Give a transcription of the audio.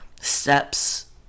steps